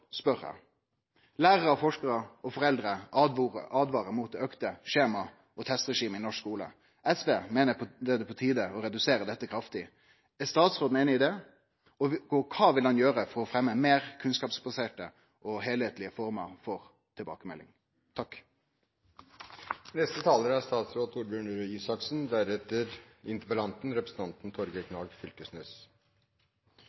forskarar og foreldre åtvarar mot auka skjema- og testregime i norsk skule, og SV meiner det er på tide å redusere dette kraftig. Derfor spør eg: Er statsråden einig i det, og kva vil han gjere for å fremme meir kunnskapsbaserte og heilskaplege formar for tilbakemelding?